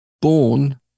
Born